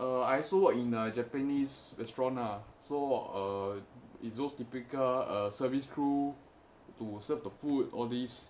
err I also work in a japanese restaurant ah so err is those typical err service crew to serve the food all these